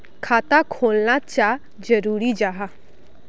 खाता खोलना चाँ जरुरी जाहा?